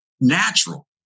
natural